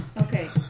Okay